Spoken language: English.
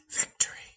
Victory